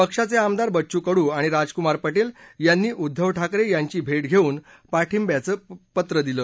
पक्षाचे आमदार बच्चू कडू आणि राजकुमार पटेल यांनी उद्दव ठाकरे यांची भेट घेऊन पाठिंब्याचे पत्र दिलं